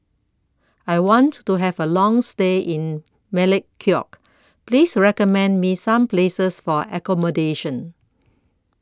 I want to Have A Long stay in Melekeok Please recommend Me Some Places For accommodation